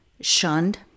shunned